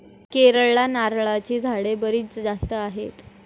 केरळला नारळाची झाडे बरीच जास्त आहेत